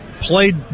played